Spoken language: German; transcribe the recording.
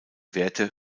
werte